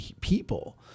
people